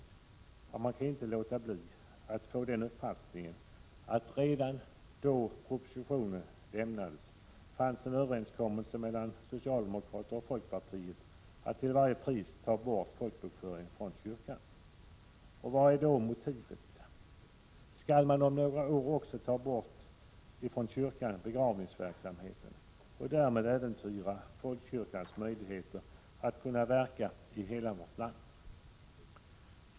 Ja, man kan inte låta bli att dra den slutsatsen att det redan innan propositionen lämnades fanns en överenskommelse mellan socialdemokraterna och folkpartiet, om att till varje pris ta bort folkbokföringen från kyrkan. Och vad är då motivet? Skall man om några år också ta ifrån kyrkan begravningsverksamheten och därmed äventyra folkkyrkans möjlighet att verka i hela vårt land?